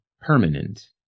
permanent